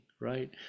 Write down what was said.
right